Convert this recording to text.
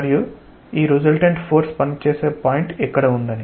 మరియు ఈ resultant force పనిచేసే పాయింట్ ఎక్కడ ఉంది